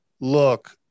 look